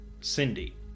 Cindy